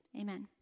amen